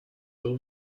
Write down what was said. your